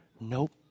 nope